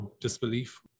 disbelief